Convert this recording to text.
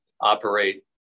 operate